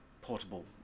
portable